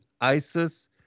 Isis